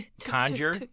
Conjure